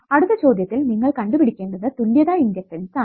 അടുത്ത ചോദ്യത്തിൽ നിങ്ങൾ കണ്ടുപിടിക്കേണ്ടത് തുല്യത ഇണ്ടക്ടൻസ് ആണ്